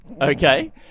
okay